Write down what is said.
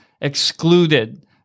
excluded